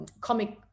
comic